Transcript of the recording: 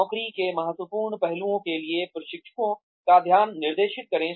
नौकरी के महत्वपूर्ण पहलुओं के लिए प्रशिक्षुओं का ध्यान निर्देशित करें